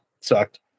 sucked